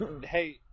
hey